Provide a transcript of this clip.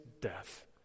death